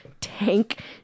tank